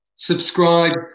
Subscribe